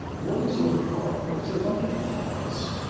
what is your car? well it's a bunch of parts,